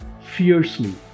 fiercely